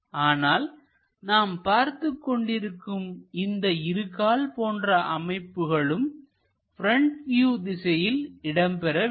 ஆனால் நாம் பார்த்தது கொண்டிருக்கும் இந்த இரு கால் போன்ற அமைப்புகளும் ப்ரெண்ட் வியூ திசையில் இடம்பெற வேண்டும்